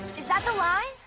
is that the line?